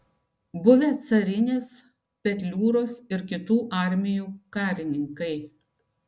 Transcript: buvę carinės petliūros ir kitų armijų karininkai